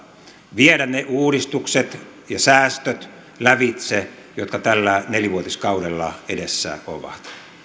viedä ne uudistukset ja säästöt lävitse jotka tällä nelivuotiskaudella edessä ovat